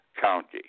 County